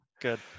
good